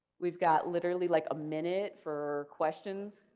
we've got literally like a minute for questions.